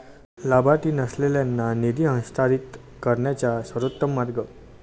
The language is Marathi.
लाभार्थी नसलेल्यांना निधी हस्तांतरित करण्याचा सर्वोत्तम मार्ग